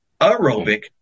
aerobic